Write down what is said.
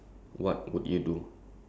if humans